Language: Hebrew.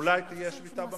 אולי תהיה שביתה במשק.